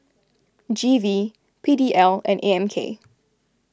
G V P D L and A M K